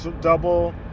double